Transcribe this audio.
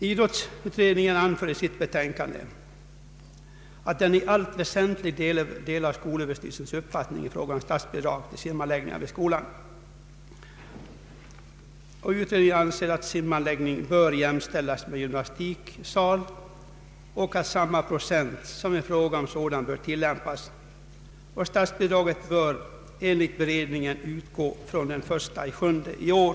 Idrottsutredningen anförde i sitt betänkande att den i allt väsentligt delade skolöverstyrelsens uppfattning i fråga om statsbidrag till simanläggningar vid skolor. Utredningen ansåg att simanläggning bör jämställas med gymnastiksal och att samma bidragsprocent som i fråga om sådan bör tillämpas. Statsbidrag bör enligt utredningen kunna utgå från den 1 juli i år.